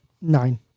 nine